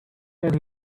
and